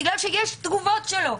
כי יש תגובות שלו,